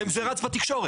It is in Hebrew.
זה רץ בתקשורת.